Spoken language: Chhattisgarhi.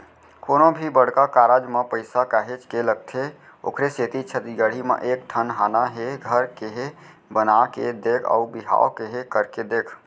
कोनो भी बड़का कारज म पइसा काहेच के लगथे ओखरे सेती छत्तीसगढ़ी म एक ठन हाना हे घर केहे बना के देख अउ बिहाव केहे करके देख